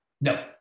no